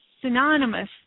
synonymous